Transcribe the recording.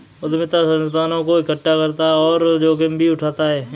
उद्यमिता संसाधनों को एकठ्ठा करता और जोखिम भी उठाता है